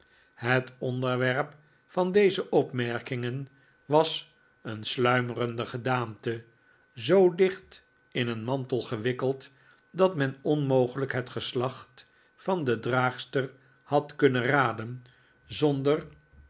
het onderwerp van deze opmerkingen was een sluimerende gedaante zoo dicht in een mantel gewikkeld dat men onmogelijk het geslacht van de draagster had kunnen raden zonder